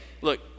Look